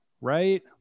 right